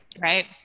Right